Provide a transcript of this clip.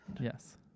yes